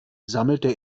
sammelte